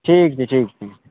ठीक छै ठीक छै